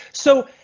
so